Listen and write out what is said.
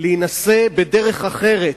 להינשא בדרך אחרת,